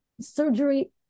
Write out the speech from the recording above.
surgery